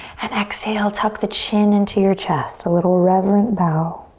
and exhale, tuck the chin into your chest. a little reverent bow.